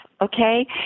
okay